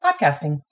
podcasting